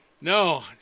No